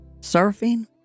surfing